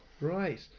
Right